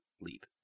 leap